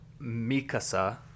Mikasa